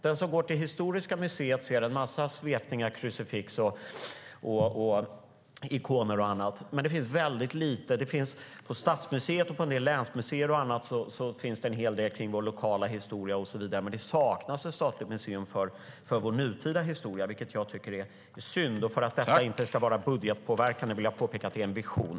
Den som går till Historiska museet ser en massa svepningar, krucifix, ikoner och annat. På Stadsmuseet och på en del länsmuseer och annat finns det en hel del om vår lokala historia och så vidare, men det saknas ett statligt museum för vår nutida historia, vilket jag tycker är synd. Och för att detta inte ska vara budgetpåverkande vill jag påpeka att det är en vision.